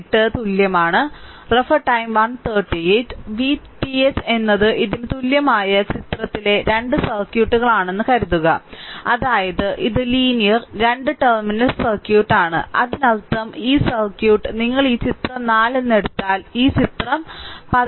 18 തുല്യമാണ് V TH എന്നത് ഇതിന് തുല്യമായ ചിത്രത്തിലെ 2 സർക്യൂട്ടുകൾ ആണെന്ന് കരുതുക അതായത് ഇത് ലീനിയർ 2 ടെർമിനൽ സർക്യൂട്ട് ആണ് അതിനർത്ഥം ഈ സർക്യൂട്ട് നിങ്ങൾ ഇത് ചിത്രം 4 എന്ന് എടുത്താൽ ഇത് ചിത്രം 14